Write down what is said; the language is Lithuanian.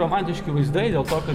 romantiški vaizdai dėl to kad